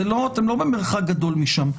אתם לא במרחק גדול משם,